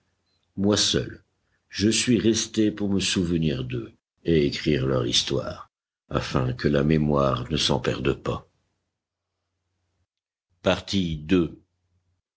moi seul je suis resté pour me souvenir d'eux et écrire leur histoire afin que la mémoire ne s'en perde pas